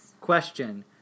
Question